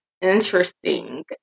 interesting